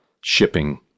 shipping